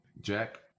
Jack